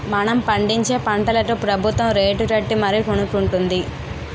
మనం పండించే పంటలకు ప్రబుత్వం రేటుకట్టి మరీ కొనుక్కొంటుంది